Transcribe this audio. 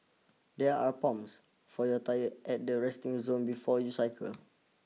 there are pumps for your tyres at the resting zone before you cycle